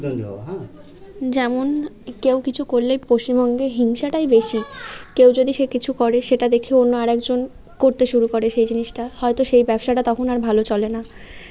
যেমন কেউ কিছু করলে পশ্চিমবঙ্গে হিংসাটাই বেশি কেউ যদি সে কিছু করে সেটা দেখে অন্য আর একজন করতে শুরু করে সে জিনিসটা হয়তো সেই ব্যবসাটা তখন আর ভালো চলে না